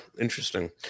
interesting